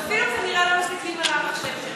אתם אפילו כנראה לא מסתכלים על המחשב שלכם.